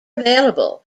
available